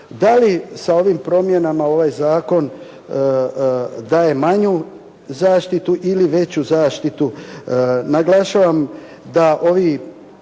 da li sa ovim promjenama ovaj zakona daje manju zaštitu ili veću zaštitu?